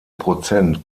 prozent